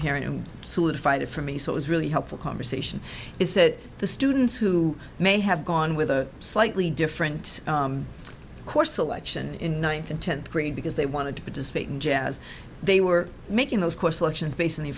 parent and solidified it for me so it was really helpful conversation is that the students who may have gone with a slightly different course selection in one thousand tenth grade because they wanted to participate in jazz they were making those course elections bas